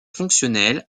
fonctionnel